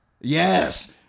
yes